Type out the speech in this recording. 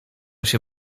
się